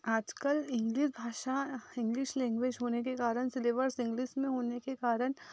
आज कल इंग्लिस भाषा इंग्लिस लैंग्वेज होने के कारण सिलेब्स इंग्लिस में होने के कारण